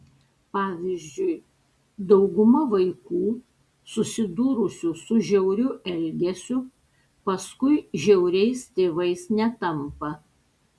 pavyzdžiui dauguma vaikų susidūrusių su žiauriu elgesiu paskui žiauriais tėvais netampa